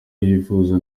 wifuza